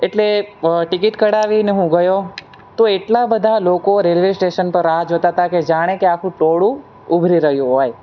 એટલે ટિકિટ કઢાવીને હું ગયો તો એટલા બધા લોકો રેલવે સ્ટેસન પર રાહ જોતા તા કે જાણે કે આખું ટોળું ઊભરી રહ્યું હોય